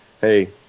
hey